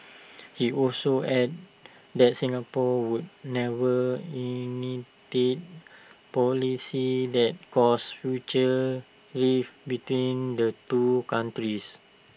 he also added that Singapore would never initiate policies that cause future rift between the two countries